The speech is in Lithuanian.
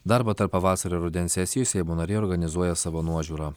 darbą tarp pavasario rudens sesijoje seimo nariai organizuoja savo nuožiūra